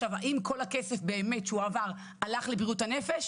האם כל הכסף באמת שהועבר הלך לבריאות הנפש?